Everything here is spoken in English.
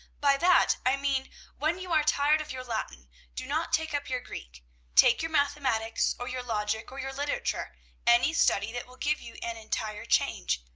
by that, i mean when you are tired of your latin do not take up your greek take your mathematics, or your logic, or your literature any study that will give you an entire change.